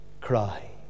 cry